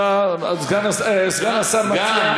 גם,